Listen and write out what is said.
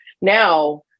Now